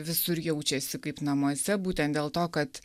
visur jaučiasi kaip namuose būtent dėl to kad